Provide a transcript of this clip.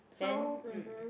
then um